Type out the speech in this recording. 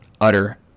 utter